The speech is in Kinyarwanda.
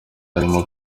harimo